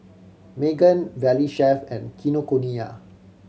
Megan Valley Chef and Kinokuniya